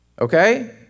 okay